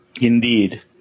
Indeed